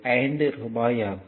5 ரூபாய் ஆகும்